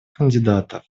кандидатов